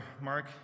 Mark